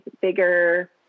bigger